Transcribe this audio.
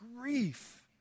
grief